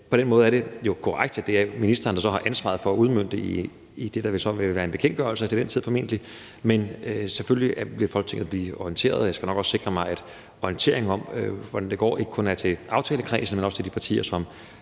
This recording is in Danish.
På den måde er det jo korrekt, at det er ministeren, der så har ansvaret for at udmønte det, der så til den tid formentlig vil være en bekendtgørelse. Men selvfølgelig vil Folketinget blive orienteret, og jeg skal nok også sikre mig, at orienteringen om, hvordan det går, ikke kun er til aftalekredsen, men også til de partier, som